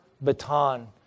baton